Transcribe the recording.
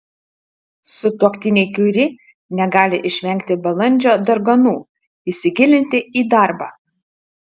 sutuoktiniai kiuri negali išvengti balandžio darganų įsigilinti į darbą